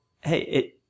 hey